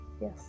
yes